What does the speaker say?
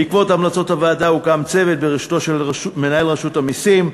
בעקבות המלצות הוועדה הוקם צוות בראשותו של מנהל רשות המסים,